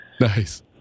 nice